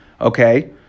Okay